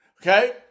okay